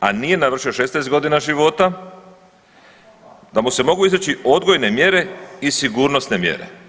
a nije navršio 16 godina života da mu se mogu izreći odgojne mjere i sigurnosne mjere.